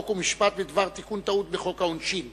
חוק ומשפט בדבר תיקון טעות בחוק העונשין